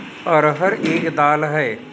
अरहर एक दाल है